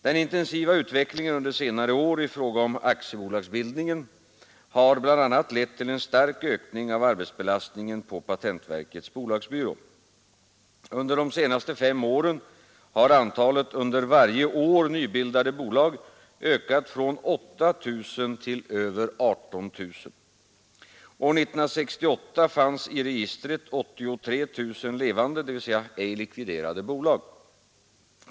Den intensiva utvecklingen under senare år i fråga om aktiebolagsbildning har bl.a. lett till en stark ökning av arbetsbelastningen på patentverkets bolagsbyrå. Under de senaste fem åren har antalet under varje år nybildade bolag ökat från 8 000 till över 18 000. År 1968 fanns i registret 83 000 levande, dvs. ej likviderade bolag.